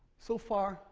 so far,